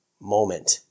moment